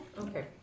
Okay